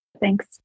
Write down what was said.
Thanks